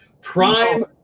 prime